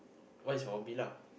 what is your hobby lah